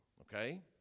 okay